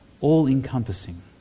all-encompassing